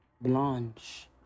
Blanche